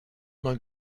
man